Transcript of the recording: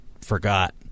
forgot